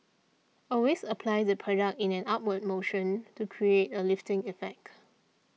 always apply the product in an upward motion to create a lifting effect